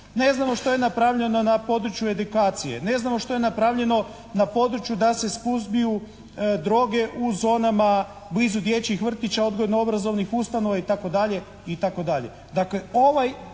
ne znamo što je napravljeno na području edukacije, ne znamo što je napravljeno na području da se suzbiju droge u zonama blizu dječjih vrtića, odgojno-obrazovnih ustanova, itd.